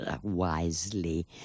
wisely